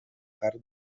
carn